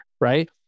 Right